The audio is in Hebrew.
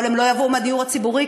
אבל הם לא יבואו מהדיור הציבורי,